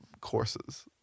courses